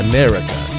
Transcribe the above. America